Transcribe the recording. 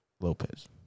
Lopez